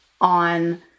on